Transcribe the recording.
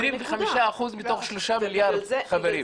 25% מתוך 3 מיליארד, חברים.